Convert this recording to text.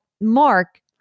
Mark